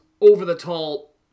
over-the-tall